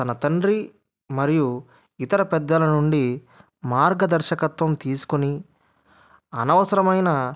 తన తండ్రి మరియు ఇతర పెద్దల నుండి మార్గదర్శకత్వం తీసుకొని అనవసరమైన